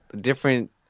different